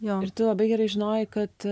jo labai gerai žinojai kad